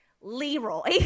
Leroy